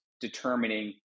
determining